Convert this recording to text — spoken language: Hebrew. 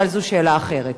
אבל זו שאלה אחרת.